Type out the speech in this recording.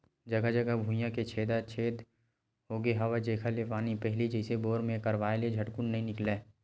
जघा जघा भुइयां के छेदा छेद होगे हवय जेखर ले पानी ह पहिली जइसे बोर के करवाय ले झटकुन नइ निकलय